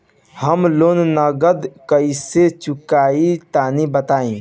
हम लोन नगद कइसे चूकाई तनि बताईं?